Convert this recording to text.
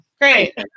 Great